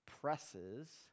presses